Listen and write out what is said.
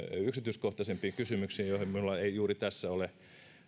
yksityiskohtaisiin kysymyksiinsä joihin minulla ei juuri tässä ole